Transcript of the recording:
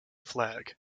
flag